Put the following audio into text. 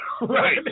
Right